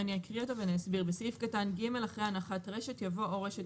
אני אקריא אותו ואסביר: בסעיף קטן (ג) אחרי "הנחת רשת" יבוא "או רשת